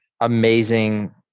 amazing